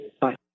Bye